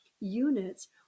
units